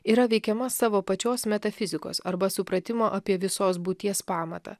yra veikiama savo pačios metafizikos arba supratimo apie visos būties pamatą